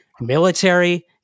military